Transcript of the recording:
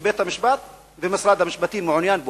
שבית-המשפט ומשרד המשפטים מעוניינים בו.